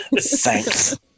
Thanks